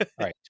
right